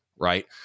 right